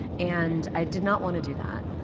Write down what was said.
and i did not want to do that.